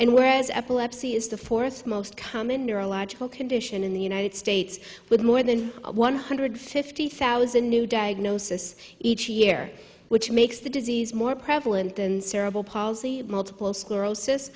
and whereas epilepsy is the fourth most common neurological condition in the united states with more than one hundred fifty thousand new diagnosis each year which makes the disease more prevalent than cerebral palsy multiple sclerosis